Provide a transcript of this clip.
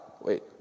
wait